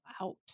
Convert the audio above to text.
out